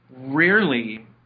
rarely